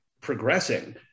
progressing